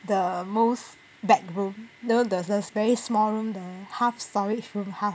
the most bat room you know there's the the very small room the half storage room half